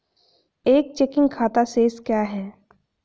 एक चेकिंग खाता शेष क्या है?